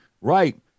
Right